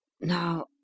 now